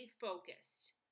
focused